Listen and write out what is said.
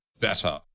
better